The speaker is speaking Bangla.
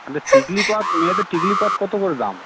তালে টিকলি পাত মেয়েদের টিকলি পাত কতো করে দাম